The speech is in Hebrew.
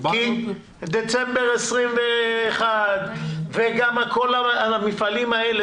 מדובר בדצמבר 2021. כל המפעלים האלה